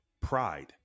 Pride